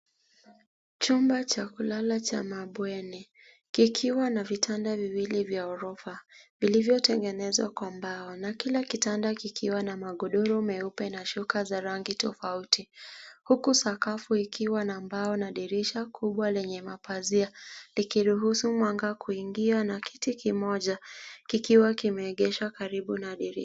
Chumba cha kulala cha mabweni, kikiwa na vitanda viwili vya ghorofa vilivyotengenezwa kwa mbao na kila kitanda kikiwa na magodoro meupe na shuka za rangi tofauti, huku sakafu ikiwa na mabao na dirisha kubwa lenye mapazia, likiruhusu mwanga kuingia na kiti kimoja kikiwa kimeegeshwa karibu na dirisha.